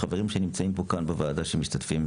החברים שנמצאים פה כאן בוועדה שמשתתפים,